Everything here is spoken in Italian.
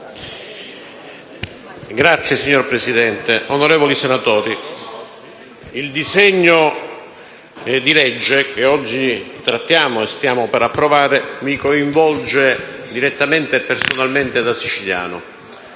Signora Presidente, onorevoli senatori, il disegno di legge che oggi trattiamo e che stiamo per approvare mi coinvolge direttamente e personalmente da siciliano.